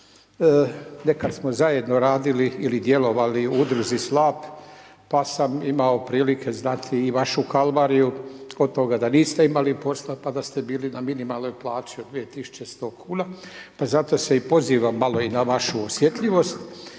nekada smo zajedno radili ili djelovali u udruzi SLAP, pa sam imao prilike znati i vašu kalvariju, oko toga da niste imali posla pa da ste bili na minimalnoj plaći od 2100 kn, pa zato se i pozivam malo i na vašu osjetljivost,